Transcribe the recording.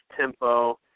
tempo